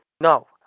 No